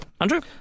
Andrew